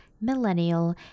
millennial